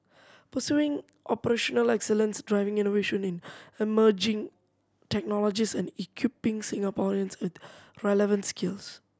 pursuing operational excellence driving innovation in emerging technologies and equipping Singaporeans with relevant skills